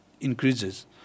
increases